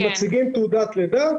זה נושא הדיון.